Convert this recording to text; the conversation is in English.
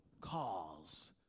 cause